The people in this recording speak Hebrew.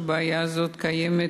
שהבעיה הזאת קיימת